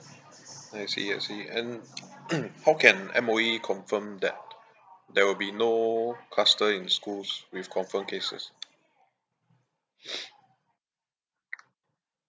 I see I see and how can M_O_E confirm that there will be no cluster in school with confirmed cases